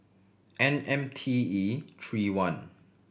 N M T E three one